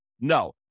no